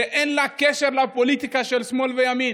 שאין לה קשר לפוליטיקה של שמאל וימין.